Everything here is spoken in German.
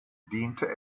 diente